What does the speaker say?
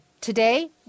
today